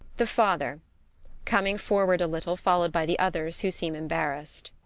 the father coming forward a little, followed by the others who seem embarrassed.